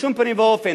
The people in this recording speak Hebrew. בשום פנים ואופן,